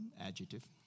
adjective